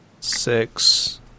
six